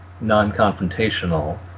non-confrontational